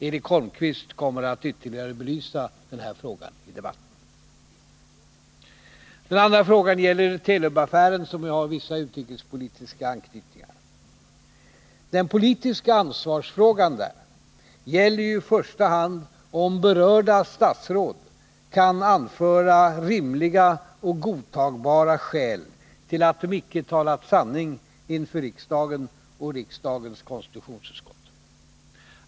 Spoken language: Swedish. Eric Holmqvist kommer att ytterligare belysa denna fråga i debatten. Den andra frågan gäller Telubaffären, som ju har vissa utrikespolitiska anknytningar. Den politiska ansvarsfrågan här gäller i första hand om berörda statsråd kan anföra rimliga och godtagbara skäl till att de icke talat sanning inför riksdagen och riksdagens konstitutionsutskott.